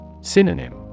Synonym